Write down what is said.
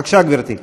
בבקשה, גברתי.